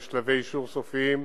בשלבי אישור סופיים,